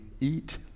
eat